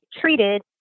treated